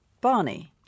Barney